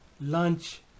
Lunch